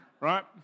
Right